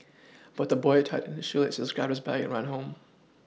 but the boy tightened shoelaces grabbed his bag and ran home